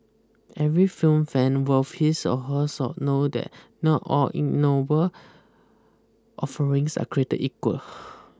every film fan worth his or her salt know that not all ignoble offerings are create equal